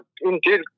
Indeed